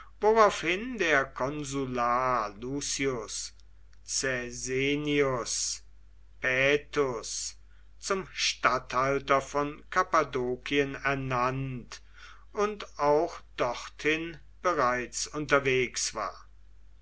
der konsular lucius caesennius paetus zum statthalter von kappadokien ernannt und auch dorthin bereits unterwegs war